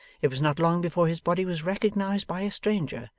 it was not long before his body was recognised by a stranger,